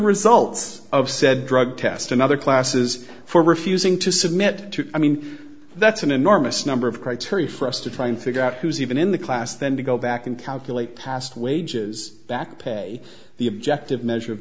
results of said drug test and other classes for refusing to submit to i mean that's an enormous number of criteria for us to try and figure out who's even in the class then to go back and calculate past wages back pay the objective measure of